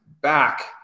back